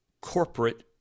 corporate